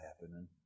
happening